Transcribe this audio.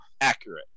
Accurate